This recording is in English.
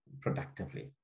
productively